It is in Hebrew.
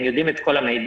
הן יודעות את כל המידע.